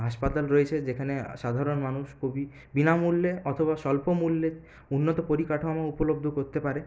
হাসপাতাল রয়েছে যেখানে সাধারণ মানুষ খুবই বিনামূল্যে অথবা স্বল্পমূল্যে উন্নত পরিকাঠামো উপলব্ধ করতে পারে